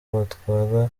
batwara